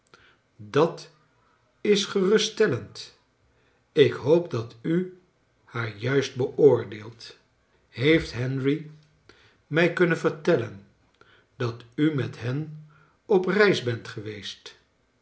dat is geruststellend ik hoop dat u haar juist beoordeelt heeft henry mij kunnen vertellen dat u met hen op reis bent geweest